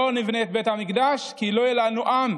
לא נבנה את בית המקדש כי לא יהיה לנו עם,